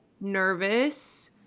nervous